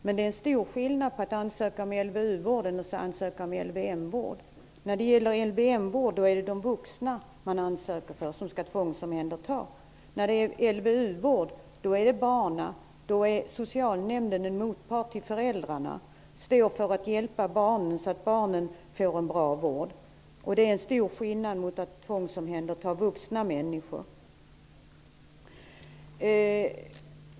Men det är stor skillnad mellan att ansöka om LVU-vård och att ansöka om vård gäller det barn, och socialnämnden är en motpart till föräldrarna. Nämnden skall hjälpa barnen så att de får en bra vård. Det är stor skillnad mot att tvångsomhänderta vuxna människor.